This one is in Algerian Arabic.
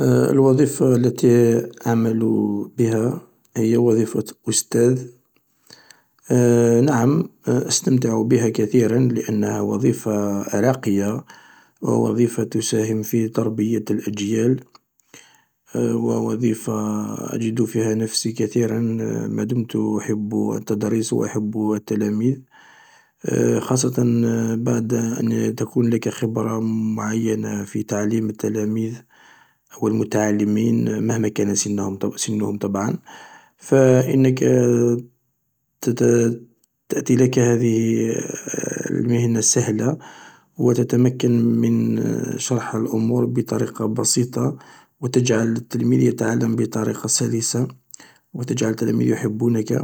الوظيفة التي أعمل بها هي وظيفة أستاذ نعم أستمتع بها كثيرا لأنها وظيفة راقية و وظيفة تساهم في تربية الأجيال و وظيفة أجد فيها نفسي كثيرا ما دمت أحب التدريس و أحب التلاميذ خاصة بعد أن تكون لك خبرة معينة في تعليم التلاميذ و المتعلمين مهما كان سنهم طبعا فإنك تأتي لك هذه المهنة سهلة و تتمكن من شرح الأمور بطريقة بسيطة و تجعل التلميذ يتعلم بطريقة سلسة و تجعل التلاميذ يحبونك